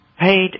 paid